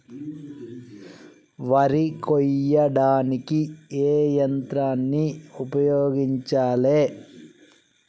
వరి కొయ్యడానికి ఏ యంత్రాన్ని ఉపయోగించాలే?